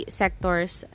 sectors